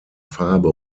farbe